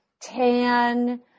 tan